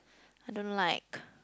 I don't like